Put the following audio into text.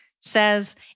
Says